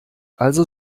also